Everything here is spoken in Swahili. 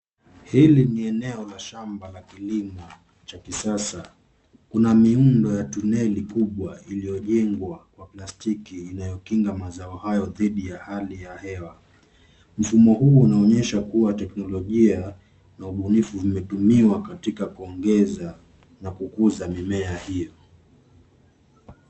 Hili ni eneo la shamba la kilimo cha kisasa. Kuna miundo la tuneli kubwa iliyojengwa kwa plastiki inayokinga mazao hayo dhidi ya hali ya hewa. Mfumo huu unaonyesha kua teknolojia na ubunifu zimetumiwa katika kuongeza na kukuza mimea hio.